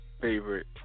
favorite